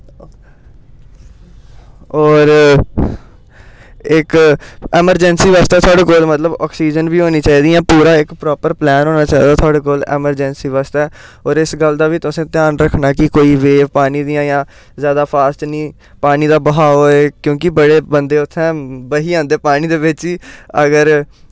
होर इक एमरजेंसी आस्तै साढ़े कोल मतलब ऑक्सीजन बी होनी चाहिदी जां पूरा इक प्रॉपर प्लान होना चाहिदा साढ़े कोल एमरजेंसी बास्तै होर इस गल्ल दा बी तुसें ध्यान रक्खना कि कोई वेव पानी दियां जां जादा फॉस्ट निं पानी दा बहाव होए क्योंकि बड़े बंदे उ'त्थें बही जंदे पानी दे बिच अगर